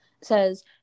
says